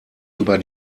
über